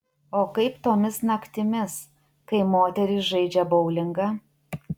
o kaip tomis naktimis kai moterys žaidžia boulingą